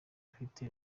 afite